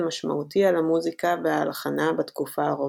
משמעותי על המוזיקה וההלחנה בתקופה הרומנטית.